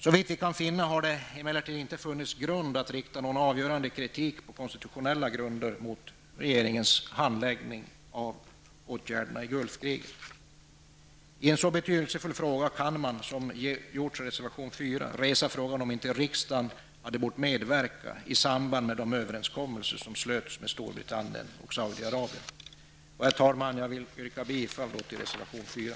Såvitt vi kan finna finns det emellertid ingen anledning för att rikta någon avgörande kritik på konstitutionella grunder mot regeringens handläggning av åtgärderna i Gulfkriget. I en så betydelsefull fråga kan man, såsom i reservation nr 4, resa frågan om inte riksdagen skulle ha behövt medverka i samband med de överenskommelser som slöts med Herr talman! Jag yrkar bifall till reservation nr 4.